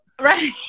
Right